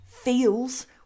feels